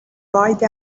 ride